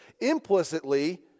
Implicitly